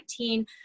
2019